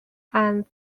and